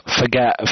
forget